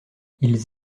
ils